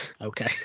okay